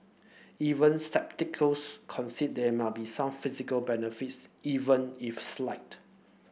even concede there may be some physical benefits even if slight